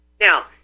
Now